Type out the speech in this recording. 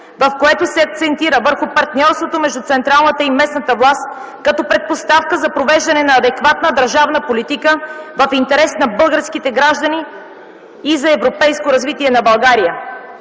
в което се акцентира върху партньорството между централната и местната власт като предпоставка за провеждане на адекватна държавна политика в интерес на българските граждани и за европейско развитие на България.